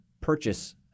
purchase